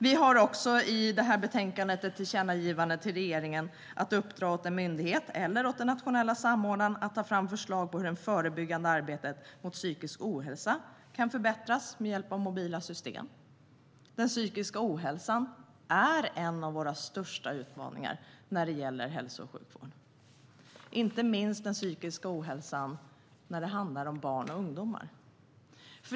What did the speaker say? Vi har också ett tillkännagivande om att regeringen bör uppdra åt en myndighet eller åt den nationella samordnaren att ta fram förslag om hur det förebyggande arbetet mot psykisk ohälsa kan förbättras med hjälp av mobila system. Psykisk ohälsa är en av våra största utmaningar när det gäller hälso och sjukvård. Det gäller inte minst psykisk ohälsa hos barn och ungdomar.